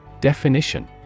Definition